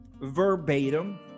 verbatim